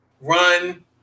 run